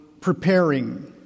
preparing